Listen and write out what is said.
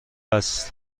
است